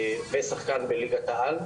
ושחקן בליגת העל.